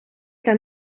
для